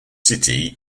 city